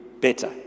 better